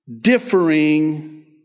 differing